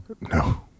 No